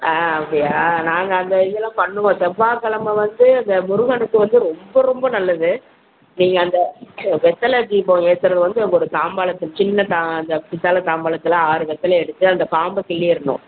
ஆ அப்படியா நாங்கள் அந்த இதெல்லாம் பண்ணுவோம் செவ்வாகிழம வந்து அந்த முருகனுக்கு வந்து ரொம்ப ரொம்ப நல்லது நீங்கள் அந்த வெற்றில தீபம் ஏற்றருது வந்து உங்கள் ஒரு தாம்பாளத்து சின்ன தா அந்த பித்தில தாம்பாளத்துலாம் ஆறு வெற்றில எடுத்து அந்த காம்பை கிள்ளிரானும்